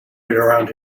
around